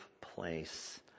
place